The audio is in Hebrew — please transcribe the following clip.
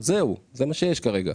זהו זה מה שיש כרגע.